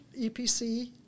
EPC